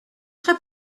très